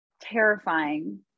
terrifying